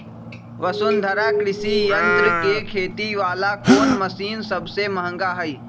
वसुंधरा कृषि यंत्र के खेती वाला कोन मशीन सबसे महंगा हई?